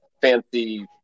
fancy